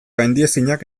gaindiezinak